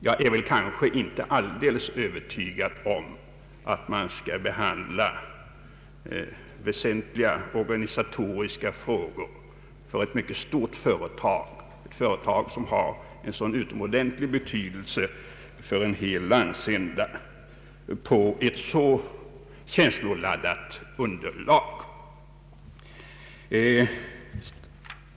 Jag är inte övertygad om att väsentliga organisatoriska frågor för ett företag som är av så utomordentlig betydelse för en hel landsända bör behandlas på ett så känsloladdat underlag.